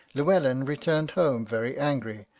llewelyn returned home very angry,